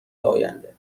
آینده